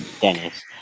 dennis